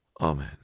Amen